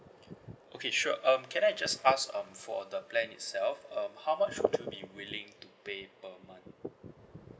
okay sure um can I just ask um for the plan itself um how much would you be willing to pay per month